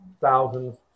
thousands